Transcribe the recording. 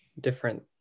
different